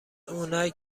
اونای